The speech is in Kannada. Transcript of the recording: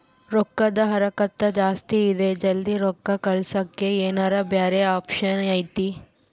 ರೊಕ್ಕದ ಹರಕತ್ತ ಜಾಸ್ತಿ ಇದೆ ಜಲ್ದಿ ರೊಕ್ಕ ಕಳಸಕ್ಕೆ ಏನಾರ ಬ್ಯಾರೆ ಆಪ್ಷನ್ ಐತಿ?